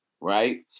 right